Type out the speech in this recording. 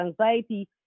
anxiety